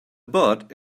butt